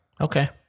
Okay